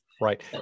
Right